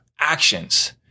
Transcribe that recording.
actions